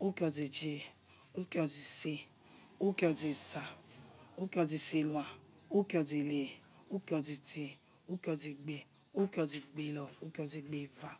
uki-oze echie, uki-oze ' ese iki-oze ' esa, uki- oze ' selua uki-oze! Ele. Uki- oze-chiri uki- oze! Egbe-lua, uki-oze! Egbe! Eva,